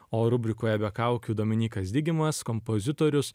o rubrikoje be kaukių dominykas digimas kompozitorius